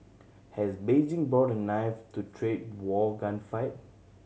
has Beijing brought a knife to trade war gunfight